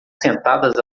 sentadas